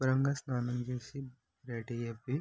శుభ్రంగా స్నానం చేసి రెడీ అయ్యి